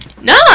No